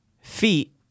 feet